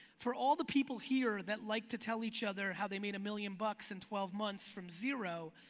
for all the people here that like to tell each other how they made a million bucks in twelve months from zero,